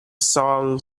song